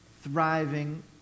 thriving